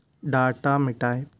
data मिटायें